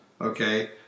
Okay